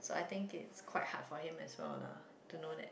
so I think it's quite hard for him as well lah to know that